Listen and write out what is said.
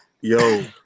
Yo